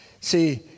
See